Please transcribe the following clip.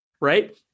right